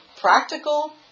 practical